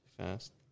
Fast